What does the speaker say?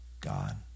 God